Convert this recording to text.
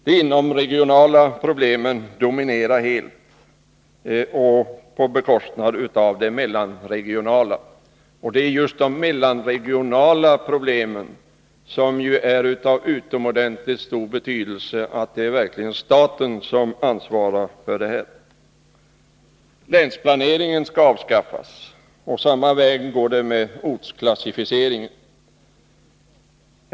De inomregionala problemen dominerar helt, på bekostnad av de mellanregionala, och just beträffande de senare problemen är det av utomordentligt stor betydelse att staten verkligen tar ett ansvar. Länsplaneringen skall avskaffas, och samma väg går också ortsklassificeringen.